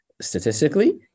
statistically